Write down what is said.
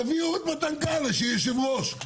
תביאו אותו שיהיה יושב-ראש.